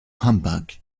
humbug